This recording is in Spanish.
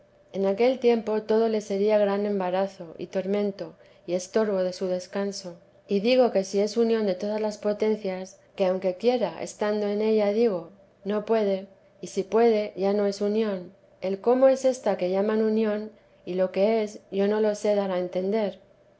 en aquél tiempo todo le sería gran embarazo y tormento y estorbo de su descanso y digo que si es unión de todas las potencias que aunque quiera estando en ella digo no puede y si puede ya no es unión el cómo es esta que llaman unión y lo que es yo no lo sé dar a entender